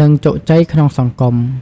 និងជោគជ័យក្នុងសង្គម ។